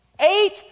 Eight